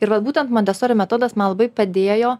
ir vat būtent montesori metodas man labai padėjo